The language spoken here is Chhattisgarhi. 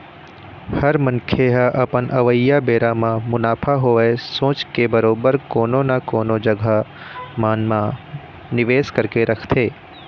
हर मनखे ह अपन अवइया बेरा म मुनाफा होवय सोच के बरोबर कोनो न कोनो जघा मन म निवेस करके रखथे